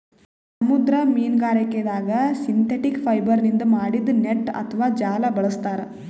ಸಮುದ್ರ ಮೀನ್ಗಾರಿಕೆದಾಗ್ ಸಿಂಥೆಟಿಕ್ ಫೈಬರ್ನಿಂದ್ ಮಾಡಿದ್ದ್ ನೆಟ್ಟ್ ಅಥವಾ ಜಾಲ ಬಳಸ್ತಾರ್